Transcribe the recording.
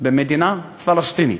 במדינה פלסטינית.